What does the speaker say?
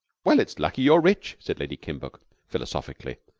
well, it's lucky you're rich, said lady kimbuck philosophically.